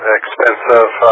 expensive